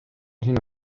sinu